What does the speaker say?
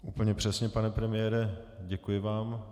Úplně přesně, pane premiére, děkuji vám.